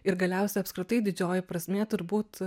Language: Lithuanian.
ir galiausiai apskritai didžioji prasmė turbūt